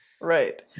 right